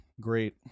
great